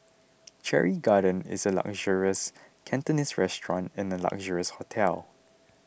Cherry Garden is a luxurious Cantonese restaurant in a luxurious hotel